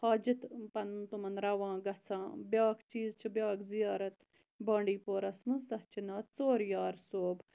حاجَت پَنُن تمن رَوا گَژھان بیاکھ چیٖز چھُ بیاکھ زِیارت بانڈی پورَس مَنٛز تتھ چھُ ناو ژور یار صٲب